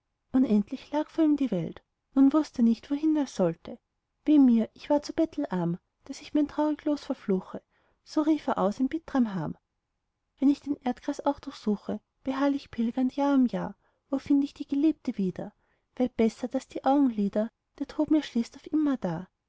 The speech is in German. unendlich lag vor ihm die welt nur wußt er nicht wohin er sollte weh mir ich ward so bettelarm daß ich mein traurig los verfluche so rief er aus in bittrem harm wenn ich den erdkreis auch durchsuche beharrlich pilgernd jahr um jahr wo find ich die geliebte wieder weit besser daß die augenlider der tod mir schließt auf immerdar